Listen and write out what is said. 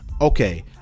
okay